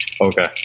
Okay